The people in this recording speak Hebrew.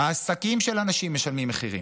העסקים של הנשים משלמים מחירים.